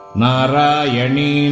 Narayani